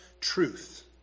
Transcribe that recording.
truth